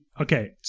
okay